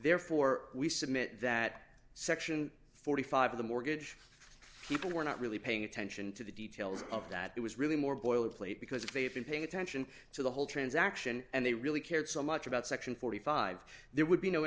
therefore we submit that section forty five dollars of the mortgage people were not really paying attention to the details of that it was really more boilerplate because if they've been paying attention to the whole transaction and they really cared so much about section forty five dollars there would be no